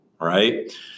Right